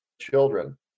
children